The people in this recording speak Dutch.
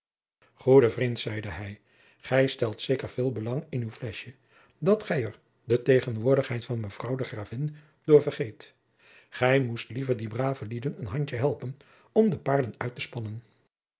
goede vriend zeide hij gij stelt zeker veel belang in uw fleschje dat gij er de tegenwoordigheid van mevrouw de gravin door vergeet gij moest liever die brave lieden een handje helpen om de paarden uit te spannen